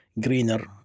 greener